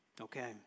Okay